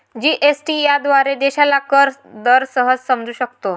GST याद्वारे देशाला कर दर सहज समजू शकतो